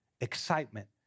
excitement